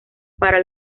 para